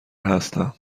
هستم